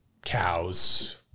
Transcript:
cows